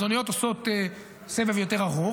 אז אוניות עושות סבב יותר ארוך,